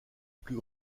plus